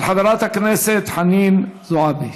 מס' 8369, של חברת הכנסת חנין זועבי.